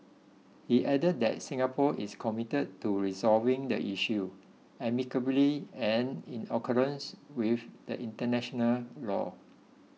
he added that Singapore is committed to resolving the issue amicably and in accordance with the international law